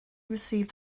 received